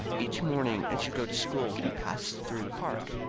each morning as you go to school you pass through the park.